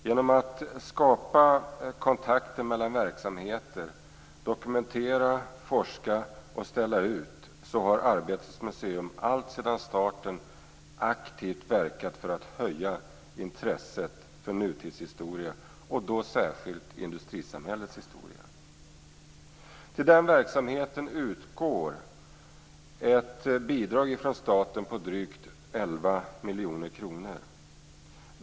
Genom att skapa kontakter mellan verksamheter, dokumentera, forska och ställa ut har Arbetets museum alltsedan starten aktivt verkat för att höja intresset för nutidshistoria, särskilt för industrisamhällets historia. Till den verksamheten utgår ett bidrag från staten på drygt 11 miljoner kronor.